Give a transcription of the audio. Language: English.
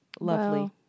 Lovely